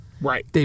Right